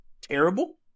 terrible